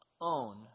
own